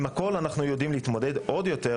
עם הכול אנחנו יודעים להתמודד,